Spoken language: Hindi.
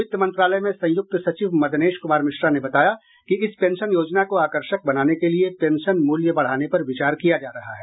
वित्त मंत्रालय में संयुक्त सचिव मदनेश कुमार मिश्रा ने बताया कि इस पेंशन योजना को आकर्षक बनाने के लिये पेंशन मूल्य बढ़ाने पर विचार किया जा रहा है